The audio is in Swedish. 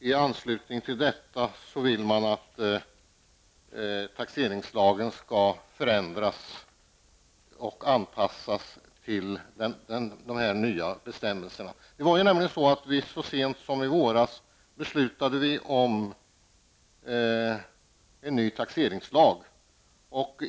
I anslutning till detta vill man att taxeringslagen skall förändras och anpassas till de nya bestämmelserna. Så sent som i våras beslutade vi om en ny taxeringslag.